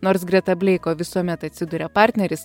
nors greta bleiko visuomet atsiduria partneris